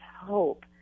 hope